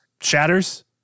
shatters